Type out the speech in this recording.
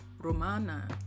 Romana